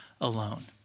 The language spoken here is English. alone